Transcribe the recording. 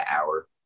hour